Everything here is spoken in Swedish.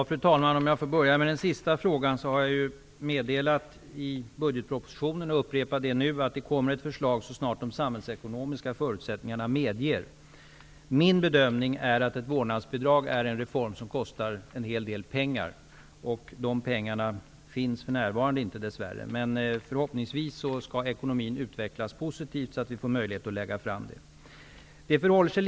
Fru talman! För att börja med den sista frågan vill jag säga att jag meddelat i budgetpropositionen, och jag upprepar detta nu, att det kommer ett förslag så snart de samhällsekonomiska förutsättningarna medger. Min bedömning är att ett vårdnadsbidrag är en reform som kostar en hel del pengar. De pengarna finns, dess värre, inte för närvarande. Förhoppningsvis utvecklas ekonomin positivt, så att vi får möjligheter att lägga fram ett förslag här.